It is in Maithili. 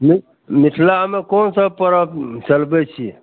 मि मिथिलामे कोनसब परब चलबै छिए